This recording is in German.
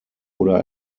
oder